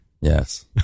Yes